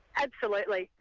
absolutely.